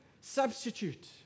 substitute